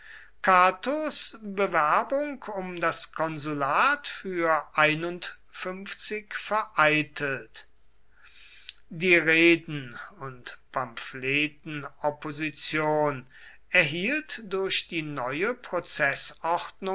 catos bewerbung um das konsulat für vereitelt die reden und pamphletenopposition erhielt durch die neue